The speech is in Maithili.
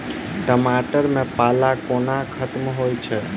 टमाटर मे पाला कोना खत्म होइ छै?